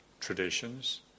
traditions